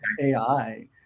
AI